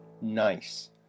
Nice